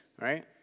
Right